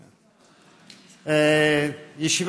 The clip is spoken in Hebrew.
אדוני.